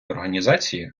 організації